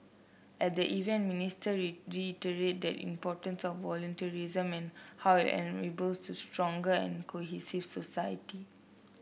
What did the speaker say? at the event Minister reiterated the importance of volunteerism and how it enables a stronger and cohesive society